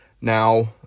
Now